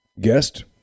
Guest